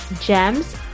gems